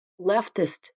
leftist